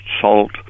salt